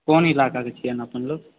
कोन इलाकाकेँ छिअनि अपन लोक